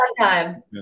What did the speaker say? time